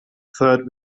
third